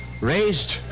raised